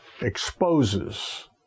exposes